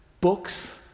books